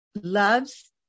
Loves